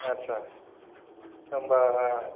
आदसा होमब्ला